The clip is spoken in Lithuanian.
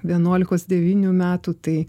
vienuolikos devynių metų tai